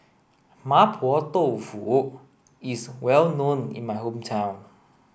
Mapo Tofu is well known in my hometown